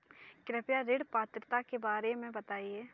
कृपया ऋण पात्रता के बारे में बताएँ?